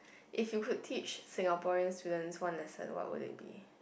if you could teach Singaporean students one lesson what would it be